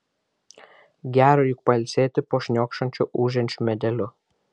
gera juk pailsėti po šniokščiančiu ūžiančiu medeliu